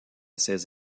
ces